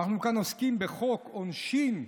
אנחנו עוסקים בחוק העונשין,